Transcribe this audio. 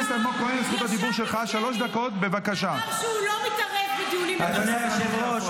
לפני דקה ישב יבגני ואמר שהוא לא מתערב בדיונים בתור יושב-ראש.